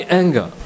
anger